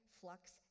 flux